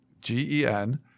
G-E-N